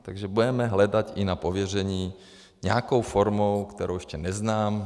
Takže budeme hledat i na pověření nějakou formou, kterou ještě neznám.